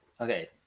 Okay